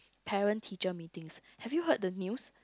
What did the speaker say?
parent teacher Meetings have you heard the news